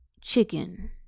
chicken